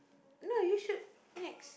no you should next